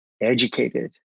educated